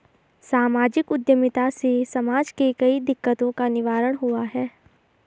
सामाजिक उद्यमिता से समाज के कई दिकक्तों का निवारण हुआ है